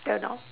cannot